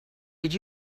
did